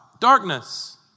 darkness